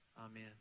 Amen